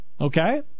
Okay